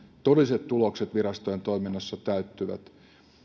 todelliset tulokset virastojen toiminnassa täyttyvät